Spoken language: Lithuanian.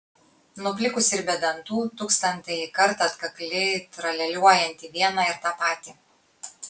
nuplikusį ir be dantų tūkstantąjį kartą atkakliai tralialiuojantį vieną ir tą patį